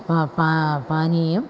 प पा पानीयम्